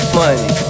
money